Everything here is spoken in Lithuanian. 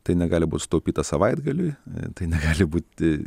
tai negali būt sutaupyta savaitgaliui tai negali būti